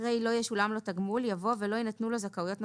אחרי "לא ישולם לו תגמול" יבוא "ולא יינתנו לו זכאויות נוספות"